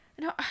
No